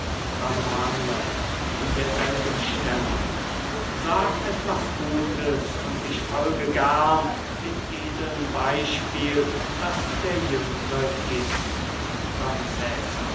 manuel in derselben stellung sag etwas gutes und ich folge gern dem edeln beispiel das der jüngre gibt